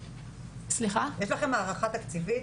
האם יש לכם הערכה תקציבית?